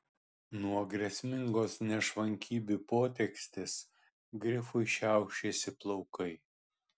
nuo grėsmingos nešvankybių potekstės grifui šiaušėsi plaukai